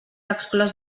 exclòs